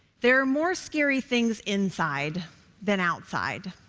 there are more scary things inside than outside.